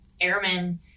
airmen